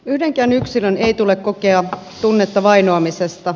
yhdenkään yksilön ei tule kokea tunnetta vainoamisesta